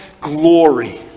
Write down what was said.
glory